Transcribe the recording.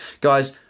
Guys